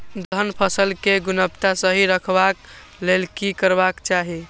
दलहन फसल केय गुणवत्ता सही रखवाक लेल की करबाक चाहि?